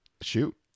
Shoot